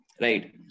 Right